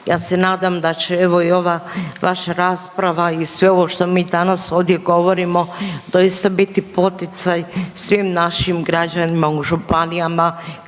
ja se nadam da će evo i ova vaša rasprava i sve ovo što mi danas ovdje govorimo doista biti poticaj svim našim građanima u županijama